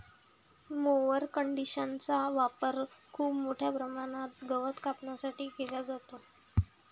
mower कंडिशनरचा वापर खूप मोठ्या प्रमाणात गवत कापण्यासाठी केला जातो